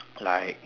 like